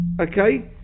okay